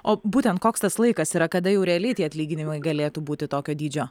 o būtent koks tas laikas yra kada jau realiai tie atlyginimai galėtų būti tokio dydžio